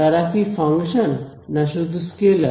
তারা কি ফাংশান না শুধু স্কেলার